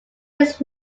its